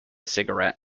cigarette